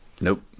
Nope